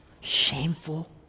shameful